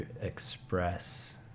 express